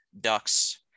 Ducks